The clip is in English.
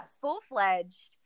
full-fledged